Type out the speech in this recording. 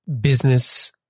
business